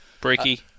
Bricky